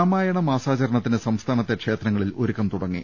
രാമായണ മാസാചരണത്തിന് സംസ്ഥാനത്തെ ക്ഷേത്രങ്ങളിൽ ഒരുക്കം തുടങ്ങി